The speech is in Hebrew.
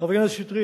חבר הכנסת שטרית,